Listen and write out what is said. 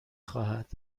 خواهد